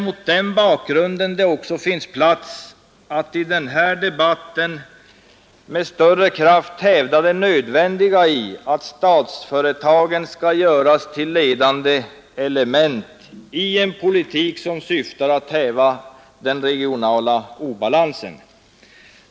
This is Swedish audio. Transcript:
Mot den bakgrunden finns det också plats att i denna debatt med större kraft hävda nödvändigheten av att statsföretagen görs till ledande element i en politik som syftar till att häva den regionala obalansen.